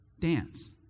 Dance